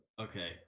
Okay